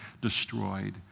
destroyed